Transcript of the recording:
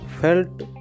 felt